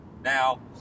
Now